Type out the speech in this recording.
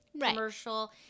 commercial